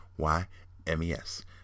y-m-e-s